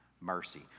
mercy